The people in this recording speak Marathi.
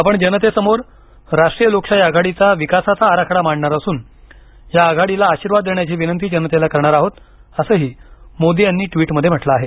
आपण जनतेसमोर राष्ट्रीय लोकशाही आघाडीचा विकासाचा आराखडा मांडणार असून या आघाडीला आशीर्वाद देण्याची विनंती जनतेला करणार आहोत असंही मोदी यांनी ट्वीट मध्ये म्हटलं आहे